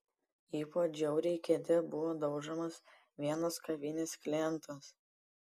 ypač žiauriai kėde buvo daužomas vienas kavinės klientas